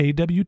AWT